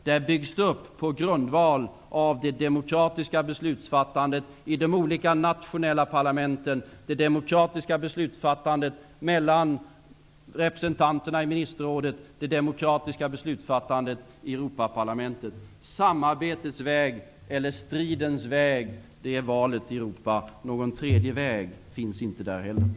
Där byggs samarbetet på grundval av det demokratiska beslutsfattandet i de olika nationella parlamenten, det demokratiska beslutsfattandet mellan representanterna i ministerrådet och det demokratiska beslutsfattandet i Europaparlamentet. Valet i Europa är samarbetets väg eller stridens väg. Någon tredje väg finns inte heller där.